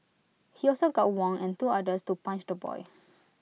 he also got Wang and two others to punch the boy